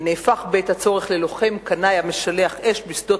נהפך בעת הצורך ללוחם קנאי המשלח אש בשדות